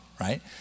right